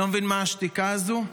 לא מבין מה השתיקה הזו.